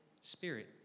spirit